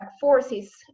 forces